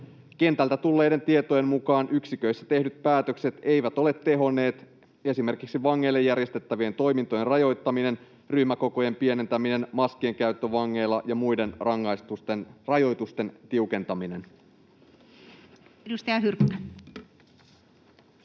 Kentältä tulleiden tietojen mukaan yksiköissä tehdyt päätökset eivät ole tehonneet: esimerkiksi vangeille järjestettävien toimintojen rajoittaminen, ryhmäkokojen pienentäminen, maskien käyttö vangeilla ja muiden rajoitusten tiukentaminen. [Speech